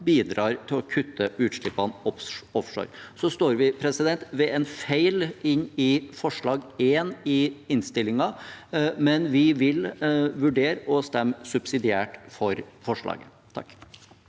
bidrar til å kutte utslippene offshore. Så står vi ved en feil inne i forslag nr. 1 i innstillingen, men vi vil vurdere å stemme subsidiært for forslaget.